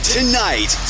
Tonight